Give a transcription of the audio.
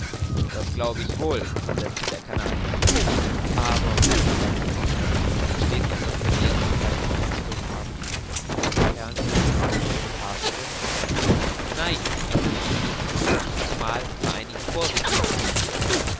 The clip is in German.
das glaub ich wohl sagte der canadier aber sagte conseil der stets auf das belehrende bei den dingen zurück kam ist diese perlenfischerei mit gefahr verbunden nein versetzte ich lebhaft zumal bei einigen vorsichtsmaßregeln